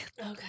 okay